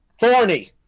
Thorny